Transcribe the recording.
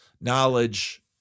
Knowledge